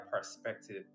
perspective